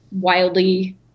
wildly